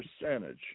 percentage